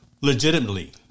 legitimately